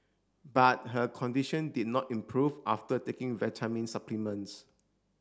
but her condition did not improve after taking vitamin supplements